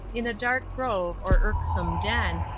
in a dark grove, or irksome den,